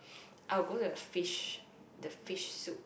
I will go to the fish the fish soup